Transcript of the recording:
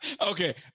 Okay